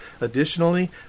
Additionally